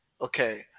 okay